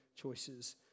choices